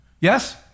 Yes